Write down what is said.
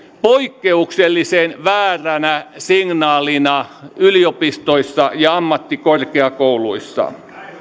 poikkeuksellisen vääränä signaalina yliopistoissa ja ammattikorkeakouluissa